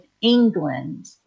England